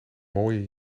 mooie